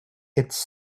its